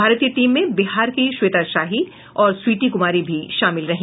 भारतीय टीम में बिहार की श्वेता शाही और स्वीटी कुमारी भी शामिल रहीं